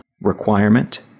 requirement